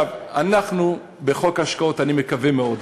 אנחנו בחוק ההשקעות, אני מקווה מאוד,